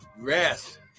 rest